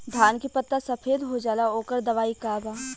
धान के पत्ता सफेद हो जाला ओकर दवाई का बा?